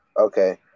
Okay